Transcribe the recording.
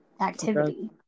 activity